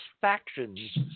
factions